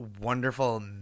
wonderful